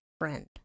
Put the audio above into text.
friend